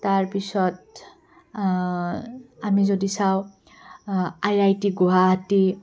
তাৰ পিছত আমি যদি চাওঁ আই আই টি গুৱাহাটী